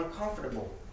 uncomfortable